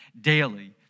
daily